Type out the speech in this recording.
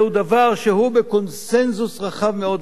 זהו דבר שהוא בקונסנזוס רחב מאוד.